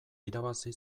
irabazi